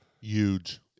Huge